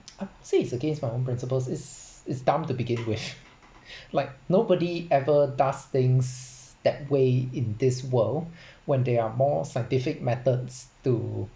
ah ay it's against my own principles it's it's dumb to begin with like nobody ever does things that way in this world when there are more scientific methods to